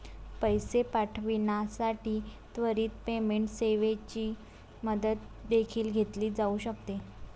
पैसे पाठविण्यासाठी त्वरित पेमेंट सेवेची मदत देखील घेतली जाऊ शकते